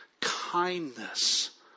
kindness